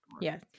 Yes